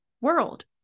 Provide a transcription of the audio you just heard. world